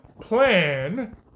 plan